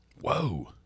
Whoa